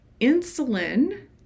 insulin